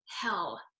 hell